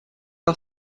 par